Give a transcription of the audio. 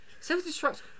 self-destruct